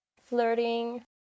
Flirting